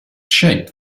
shape